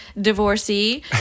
divorcee